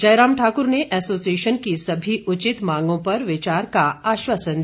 Jairam Thakur association एसोसिएशन की सभी उचित मांगों पर विचार का आश्वासन दिया